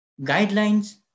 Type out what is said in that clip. guidelines